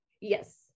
Yes